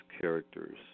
characters